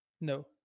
No